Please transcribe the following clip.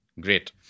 Great